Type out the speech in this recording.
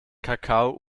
kakao